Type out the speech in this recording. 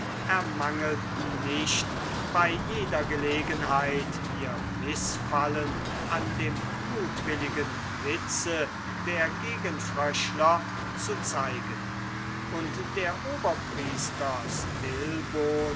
ermangelten nicht bei jeder gelegenheit ihr mißfallen an dem mutwilligen witze der gegenfröschler zu zeigen und der oberpriester